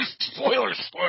spoilers